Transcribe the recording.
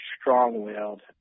strong-willed